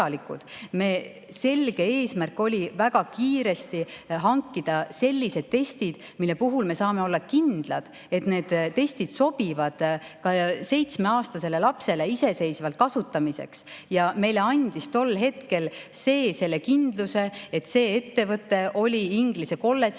Meie selge eesmärk oli väga kiiresti hankida sellised testid, mille puhul me saame olla kindlad, et need sobivad ka seitsmeaastasele lapsele iseseisvalt kasutamiseks. Meile andis tol hetkel selle kindluse see, et see ettevõte oli Tallinna Inglise Kolledžis neid